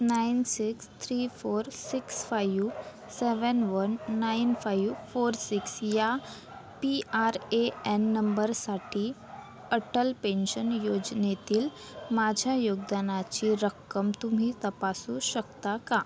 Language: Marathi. nine six three four six five seven one nine five four six या पी आर ए एन नंबरसाठी अटल पेन्शन योजनेतील माझ्या योगदानाची रक्कम तुम्ही तपासू शकता का